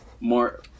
more